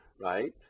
right